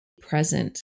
present